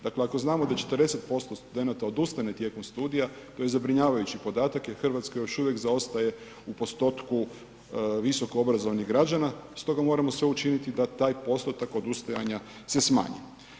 Dakle, ako znamo da 40% studenata odustane tijekom studija to je zabrinjavajući podatak jer RH još uvijek zaostaje u postotku visoko obrazovanih građana, stoga moramo sve učiniti da taj postotak odustajanja se smanji.